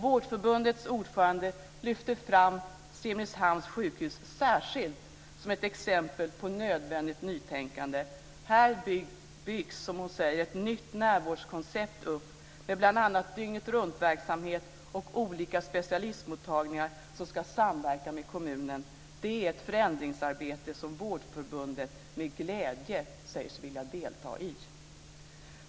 Vårdförbundets ordförande lyfter särskilt fram Simrishamns sjukhus som ett exempel på nödvändigt nytänkande. Här byggs, som hon säger, ett nytt närvårdskoncept upp med bl.a. dygnetruntverksamhet och olika specialistmottagningar som ska samverka med kommunen. Det är ett förändringsarbete som Vårdförbundet med glädje säger sig vilja delta i.